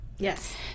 Yes